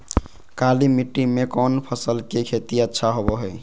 काली मिट्टी में कौन फसल के खेती अच्छा होबो है?